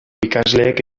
ikasleek